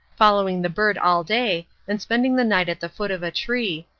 following the bird all day and spending the night at the foot of a tree,